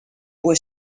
was